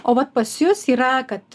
o vat pas jus yra kad